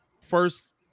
First